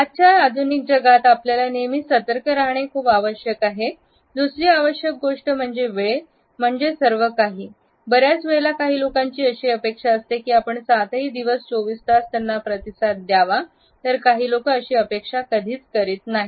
आजच्या आधुनिक जगात आपल्याला नेहमी सतर्क राहणे खूप आवश्यक आहे आणि दुसरी आवश्यक गोष्ट म्हणजे वेळ म्हणजे सर्वकाही बऱ्याच वेळेला काही लोकांची अशी अपेक्षा असते की आपण सातही दिवस 24 तास त्यांना प्रतिसाद द्यावा तर काही लोक अशी अपेक्षा कधीच करीत नाही